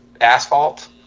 Asphalt